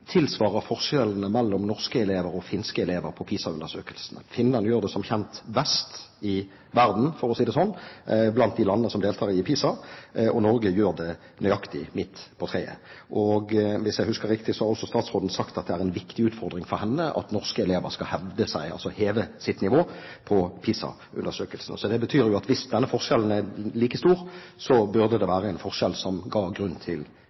tilsvarer forskjellene mellom norske elever og finske elever i PISA-undersøkelsen. Finland gjør det som kjent best i verden, for å si det slik, blant de landene som deltar i PISA-undersøkelsen, og Norge gjør det nøyaktig midt på treet. Hvis jeg husker riktig, har statsråden også sagt at det er en viktig utfordring for henne at norske elever skal hevde seg, altså heve sitt nivå, i PISA-undersøkelsen. Det betyr jo at hvis denne forskjellen er like stor, burde det gi grunn til